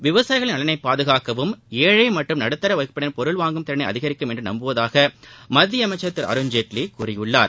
விவசாயிகளின் நலனை பாதுகாக்கவும் ஏனழ மற்றும் நடுத்தர வகுப்பினரின் பொருள் வாங்கும் திறனை அதிகரிக்கும் என்று நம்புவதாக மத்திய அமைச்சர் திரு அருண்ஜேட்லி கூறியுள்ளார்